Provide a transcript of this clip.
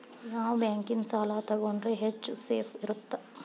ಯಾವ ಬ್ಯಾಂಕಿನ ಸಾಲ ತಗೊಂಡ್ರೆ ಹೆಚ್ಚು ಸೇಫ್ ಇರುತ್ತಾ?